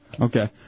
okay